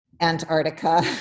Antarctica